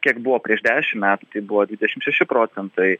kiek buvo prieš dešim metų tai buvo dvidešim šeši procentai